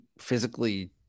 physically